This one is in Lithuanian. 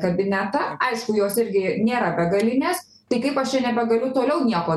kabinetą aišku jos irgi nėra begalinės tai kaip aš ir nebegaliu toliau nieko